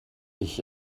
ich